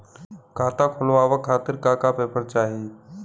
खाता खोलवाव खातिर का का पेपर चाही?